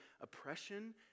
oppression